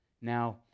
now